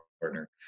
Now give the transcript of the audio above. partner